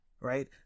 Right